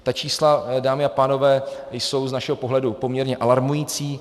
Ta čísla, dámy a pánové, jsou z našeho pohledu poměrně alarmující.